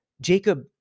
Jacob